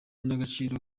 n’agaciro